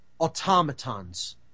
automatons